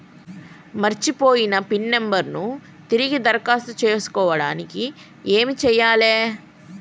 మర్చిపోయిన pin number ను తిరిగి దరఖాస్తు చేసుకోవడానికి ఏమి చేయాలే?